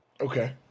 Okay